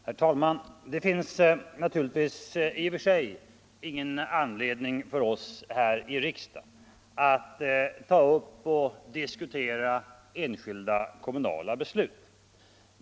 Herr talman! Det finns naturligtvis i och för sig ingen anledning för oss här i riksdagen att ta upp och diskutera enskilda kommunala beslut.